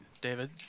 David